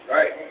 Right